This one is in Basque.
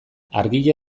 argia